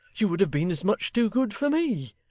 she would have been as much too good for me.